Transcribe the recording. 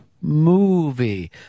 movie